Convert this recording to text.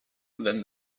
than